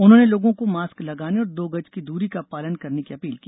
उन्होंने लोगों को मास्क लगाने और दो गज की दूरी का पालन करने की अपील की